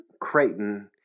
Creighton